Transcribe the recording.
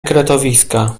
kretowiska